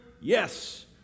Yes